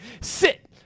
Sit